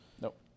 Nope